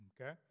okay